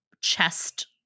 chest